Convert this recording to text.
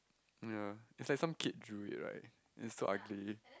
ya it's like some kid drew it right is so ugly